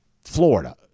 Florida